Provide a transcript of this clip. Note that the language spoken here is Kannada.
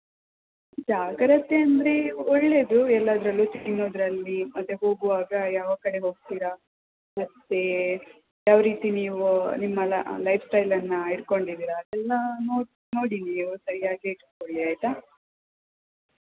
ಜಾಗ್ರತೆ ಅಂದರೆ ಒಳ್ಳೆಯದು ಎಲ್ಲದರಲ್ಲೂ ತಿನ್ನೋದ್ರಲ್ಲಿ ಮತ್ತು ಹೋಗುವಾಗ ಯಾವ ಕಡೆ ಹೋಗ್ತೀರ ಮತ್ತು ಯಾವ ರೀತಿ ನೀವು ನಿಮ್ಮ ಲೈಫ್ಸ್ಟೈಲನ್ನು ಇಟ್ಕೊಂಡಿದ್ದೀರ ಅದೆಲ್ಲ ನೋ ನೋಡಿ ನೀವು ಸರಿಯಾಗೇ ಇಟ್ಟುಕೊಳ್ಳಿ ಆಯಿತಾ